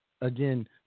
again